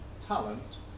talent